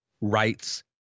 rights